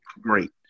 Great